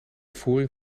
voering